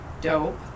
dope